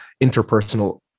interpersonal